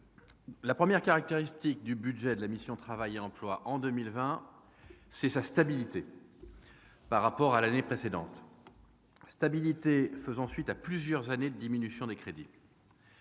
la première caractéristique du budget de la mission « Travail et emploi » en 2020, c'est sa stabilité par rapport à l'année précédente, stabilité faisant suite à plusieurs années de diminution des crédits.